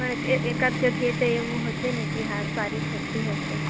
પણ એકાદ ગે જગ્યાએ તો એવું હશે ને કે હા સારી થતી હશે